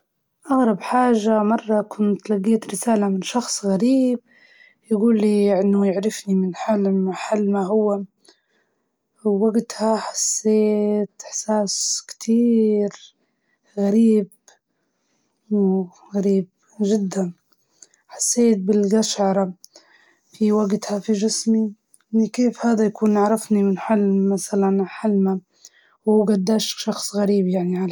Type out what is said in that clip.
أنا حلمت حلم غريب عن موقف بعدها بيوم صار نفس الشي، حسيت كأنه شوهد من جبل.